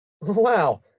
Wow